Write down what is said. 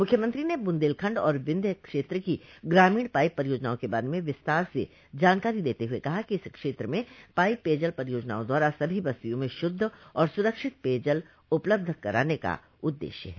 मुख्यमंत्री ने बुन्देलखण्ड और विन्ध्य क्षेत्र की ग्रामीण पाइप परियोजनाओं के बारे में विस्तार से जानकारी दते हुए कहा कि इस क्षेत्र में पाइप पेयजल परियोजनाओं द्वारा सभी बस्तियों में शुद्ध और सुरक्षित पेयजल उपलब्ध कराने का उद्देश्य है